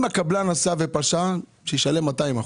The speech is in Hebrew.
אם הקבלן עשה ופשע שישלם 200%,